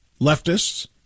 leftists